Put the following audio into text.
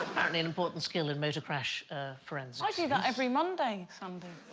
apparently an important skill in motor crash forensics. i do that every monday, sandi